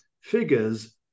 figures